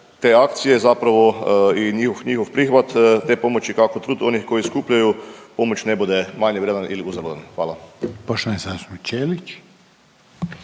Hvala.